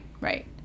right